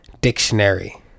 dictionary